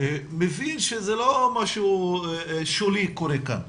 מבין שלא משהו שולי קורה כאן.